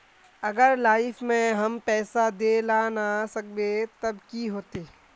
अगर लाइफ में हम पैसा दे ला ना सकबे तब की होते?